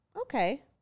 okay